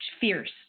fierce